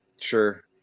sure